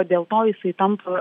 dėl to jisai tampa